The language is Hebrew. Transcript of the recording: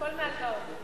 הכול מהלוואות.